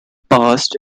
past